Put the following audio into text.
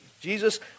Jesus